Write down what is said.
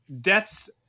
Death's